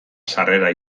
sarrera